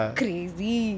crazy